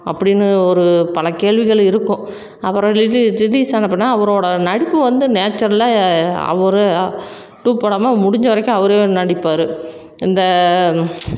அப்படின்னு ஒரு பல கேள்விகள் இருக்கும் அப்புறம் ரிலீ ரிலீஸான படம் அவரோடய நடிப்பு வந்து நேச்சுரலாக அவர் டூப் போடாமல் முடிஞ்ச வரைக்கும் அவரும் நடிப்பார் இந்த